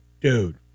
dude